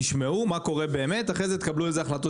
תשמעו מה קורה באמת ואחר כך תקבלו איזה החלטות